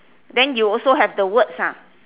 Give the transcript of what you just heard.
then you also have the words ah